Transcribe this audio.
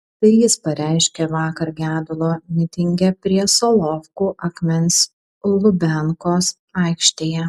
tai jis pareiškė vakar gedulo mitinge prie solovkų akmens lubiankos aikštėje